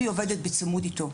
והיא עובדת בצמוד איתו.